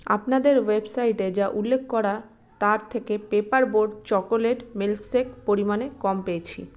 আপনাদের ওয়েবসাইটে যা উল্লেখ করা তার থেকে পেপার বোট চকোলেট মিল্কশেক পরিমাণে কম পেয়েছি